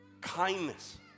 kindness